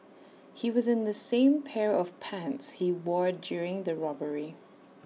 he was in the same pair of pants he wore during the robbery